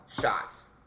shots